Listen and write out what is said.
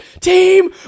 team